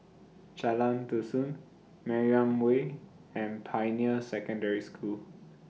Jalan Dusun Mariam Way and Pioneer Secondary School